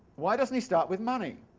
why doesn't he start with money?